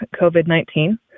COVID-19